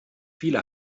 viele